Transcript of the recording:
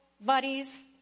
buddies